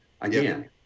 again